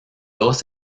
dos